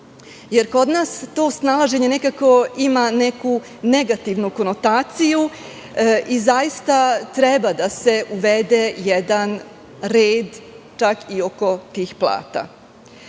Kod nas to snalaženje ima neku negativnu konotaciju. Zaista treba da se uvede jedan red, čak i oko tih plata. Nemamo